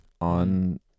on